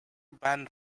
banned